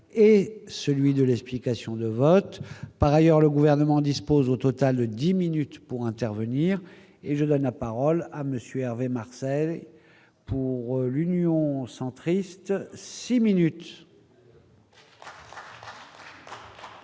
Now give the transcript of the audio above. et celui de l'explication de vote par ailleurs le gouvernement dispose au total de 10 minutes pour intervenir. Et je parole à Monsieur Hervé Marseille pour l'Union centriste 6 minutes.